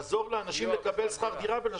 לעזור לאנשים לקבל שכר דירה.